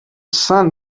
sun